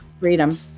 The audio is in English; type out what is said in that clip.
freedom